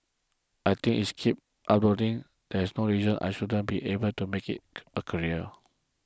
I think if I keep uploading there's no reason I shouldn't be able to make it a career